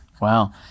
wow